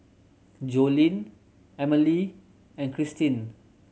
Joline Emmalee and Krystin